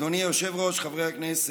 אדוני היושב-ראש, חברי הכנסת,